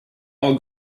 all